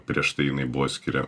prieš tai jinai buvo skiria